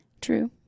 True